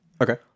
okay